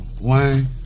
Wayne